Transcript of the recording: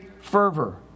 fervor